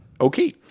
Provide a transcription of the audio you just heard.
Okay